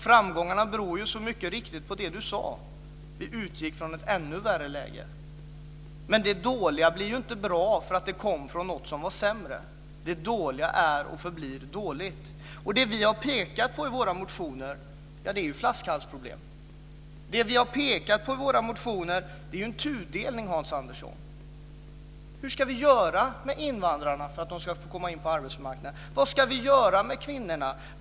Framgångarna beror, mycket riktigt, på det Hans Andersson sade. Vi utgick från ett ännu värre läge. Men det dåliga blir inte bra för att det kom från något som var sämre. Det dåliga är och förblir dåligt. Vi har i våra motioner pekat på flaskhalsproblem. Vi har i våra motioner pekat på en tudelning, Hans Andersson. Hur ska vi göra med invandrarna för att de ska få komma in på arbetsmarknaden? Vad ska vi göra med kvinnorna?